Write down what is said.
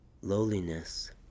lowliness